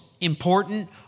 important